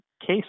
case